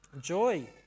joy